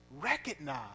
recognize